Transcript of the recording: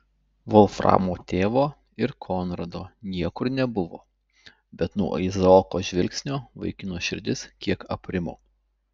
volframo tėvo ir konrado niekur nebuvo bet nuo izaoko žvilgsnio vaikino širdis kiek aprimo